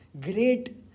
great